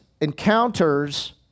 encounters